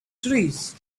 trees